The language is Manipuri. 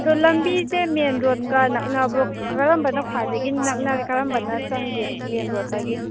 ꯑꯗꯣ ꯂꯝꯕꯤꯁꯦ ꯃꯦꯟꯔꯣꯠꯀ ꯅꯛꯅꯕ꯭ꯔꯣ ꯀꯔꯝꯕꯅ ꯈ꯭ꯋꯥꯏꯗꯒꯤ ꯅꯛꯅꯒꯦ ꯀꯔꯝꯕꯅ ꯆꯪꯒꯦ ꯃꯦꯟꯔꯣꯠꯇꯒꯤ